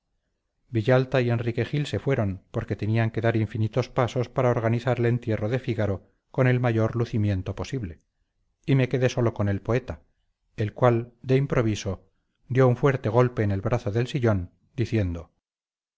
villalta y enrique gil se fueron porque tenían que dar infinitos pasos para organizar el entierro de fígaro con el mayor lucimiento posible y me quedé solo con el poeta el cual de improviso dio un fuerte golpe en el brazo del sillón diciendo